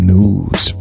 News